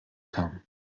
kam